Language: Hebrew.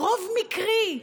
"רוב מקרי".